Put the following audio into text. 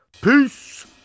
Peace